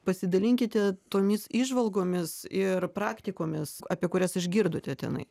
pasidalinkite tomis įžvalgomis ir praktikomis apie kurias išgirdote tenai